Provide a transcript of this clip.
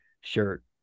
shirt